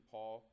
Paul